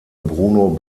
bruno